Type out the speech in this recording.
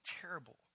terrible